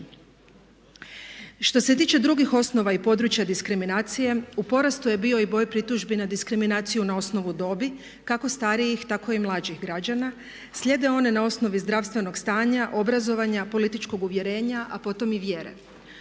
Što se tiče drugih osnova i područja diskriminacije u porastu je bio i broj pritužbi na diskriminaciju na osnovu dobi kako starijih, tako i mlađih građana. Slijede one na osnovi zdravstvenog stanja, obrazovanja, političkog uvjerenja, a potom i vjere.